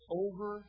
over